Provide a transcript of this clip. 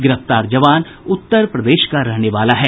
गिरफ्तार जवान उत्तर प्रदेश का रहने वाला है